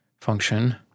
function